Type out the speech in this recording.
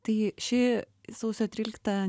tai ši sausio trylikta